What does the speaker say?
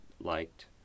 liked